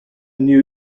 new